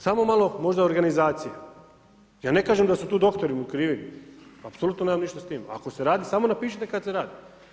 Samo malo organizacije jer ne kažem da su tu doktori krivi, apsolutno nemam ništa s tim, ako se radi samo napišite kad se radi.